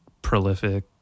prolific